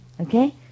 Okay